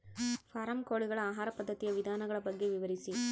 Form ಕೋಳಿಗಳ ಆಹಾರ ಪದ್ಧತಿಯ ವಿಧಾನಗಳ ಬಗ್ಗೆ ವಿವರಿಸಿ?